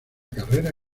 carrera